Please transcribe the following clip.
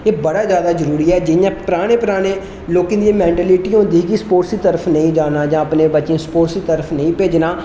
एह् बड़ा ज्यादा जरूरी ऐ जियां पराने पराने लोकें दियें मैंटीलिटी होंदी ही कि स्पोर्ट्स तरफ नेईं जाना जां अपने बच्चें गी स्पोर्ट्स तरफ नेईं भेजना